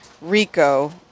Rico